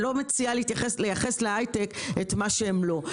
אני לא מציעה לייחס להיי-טק את מה שהם לא.